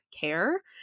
care